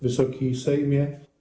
Wysoki Sejmie!